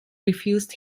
refused